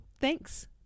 Thanks